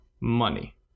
money